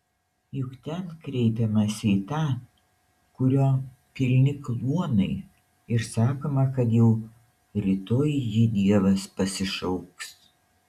juk ten kreipiamasi į tą kurio pilni kluonai ir sakoma kad jau rytoj jį dievas pasišauks